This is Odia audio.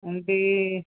ଏମିତି